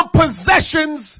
possessions